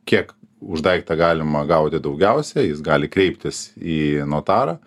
kiek už daiktą galima gauti daugiausia jis gali kreiptis į notarą